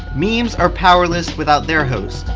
memes are powerless without their hosts,